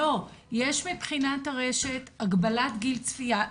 יש מבחינת הרשת הגבלת גיל צפייה.